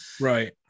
Right